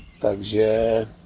Takže